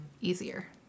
easier